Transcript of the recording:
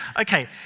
Okay